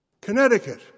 Connecticut